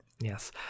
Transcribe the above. Yes